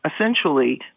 essentially